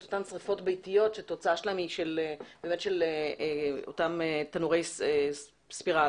את אותן שריפות ביתיות שקורות בגלל תנורי ספיראלה.